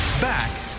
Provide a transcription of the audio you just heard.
Back